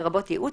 לרבות ייעוץ,